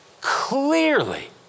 clearly